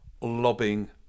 lobbying